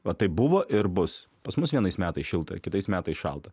va taip buvo ir bus pas mus vienais metais šilta kitais metais šalta